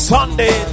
Sunday